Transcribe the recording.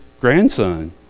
grandson